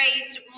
raised